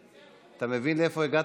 אתה מבין לאיפה הגעתם?